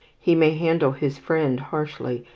he may handle his friend harshly,